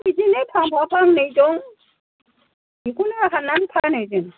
बिफाङा बिदिनो फांफा फांनै दं बेखौनो हाननानै फानो जों